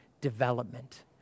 Development